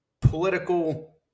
political